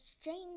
strange